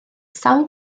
sawl